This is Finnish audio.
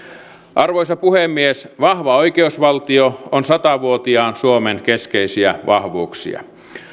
arvoisa puhemies vahva oikeusvaltio on sata vuotiaan suomen keskeisiä vahvuuksia